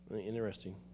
Interesting